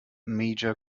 major